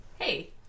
Hey